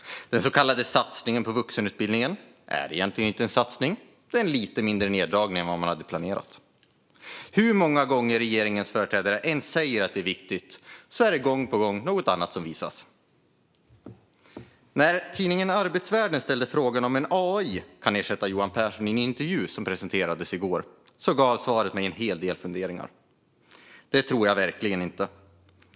Den så kallade satsningen på vuxenutbildningen är egentligen inte en satsning, utan det är en lite mindre neddragning än vad man hade planerat. Hur många gånger regeringens företrädare än säger att detta är viktigt är det gång på gång någonting annat som visas. När tidningen Arbetsvärlden ställde frågan om AI kan ersätta Johan Pehrson i en intervju som presenterades i går gav svaret mig en hel del funderingar. Johan Pehrson svarade: Det tror jag verkligen inte.